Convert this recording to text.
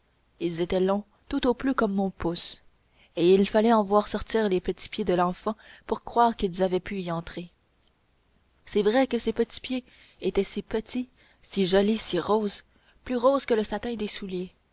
ils étaient longs tout au plus comme mon pouce et il fallait en voir sortir les petits pieds de l'enfant pour croire qu'ils avaient pu y entrer il est vrai que ces petits pieds étaient si petits si jolis si roses plus roses que le satin des souliers